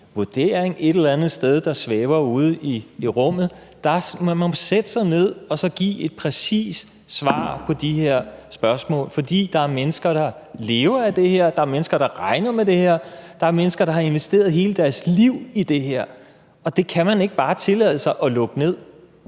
et eller andet sted, der svæver ude i rummet. Man må jo sætte sig ned og så give et præcist svar på de her spørgsmål, for der er mennesker, der lever af det her, der er mennesker, der regner med det her, der er mennesker, der har investeret hele deres liv i det her, og det kan man ikke bare tillade sig at lukke ned.